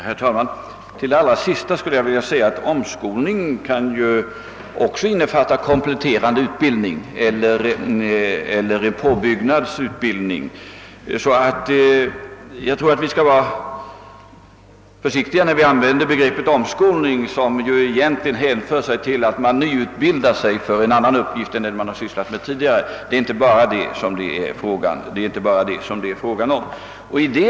Herr talman! Beträffande det sista som herr Hamrin i Kalmar sade vill jag svara att omskolning ju också kan innefatta en kompletterande utbildning eller en påbyggnadsutbildning, och därför tycker jag vi bör vara litet försiktiga med att använda begreppet omskolning, varmed ju egentligen menas att vederbörande nyutbildar sig för en annan uppgift än den han sysslat med tidigare. Det är inte bara det som det här är fråga om.